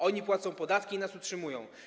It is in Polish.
Oni płacą podatki i nas utrzymują.